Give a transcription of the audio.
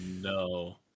no